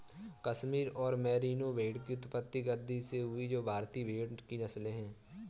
कश्मीर और मेरिनो भेड़ की उत्पत्ति गद्दी से हुई जो भारतीय भेड़ की नस्लें है